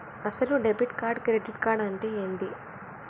అసలు debit card credit card అంటే ఏంది?